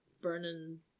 burning